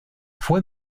fue